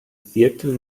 viertel